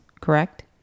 correct